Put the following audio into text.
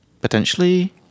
potentially